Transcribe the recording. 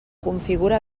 configura